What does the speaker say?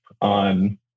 on